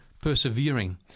persevering